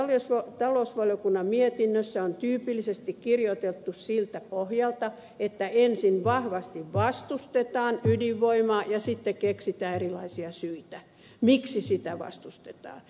vastalauseet talousvaliokunnan mietinnössä on tyypillisesti kirjoitettu siltä pohjalta että ensin vahvasti vastustetaan ydinvoimaa ja sitten keksitään erilaisia syitä miksi sitä vastustetaan